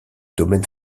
domaines